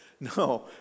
No